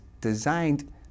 designed